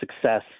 success